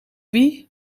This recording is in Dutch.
wie